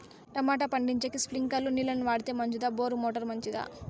Tomato పండించేకి స్ప్రింక్లర్లు నీళ్ళ ని వాడితే మంచిదా బోరు మోటారు మంచిదా?